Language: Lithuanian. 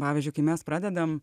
pavyzdžiui kai mes pradedam